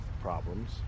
problems